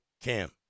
Cam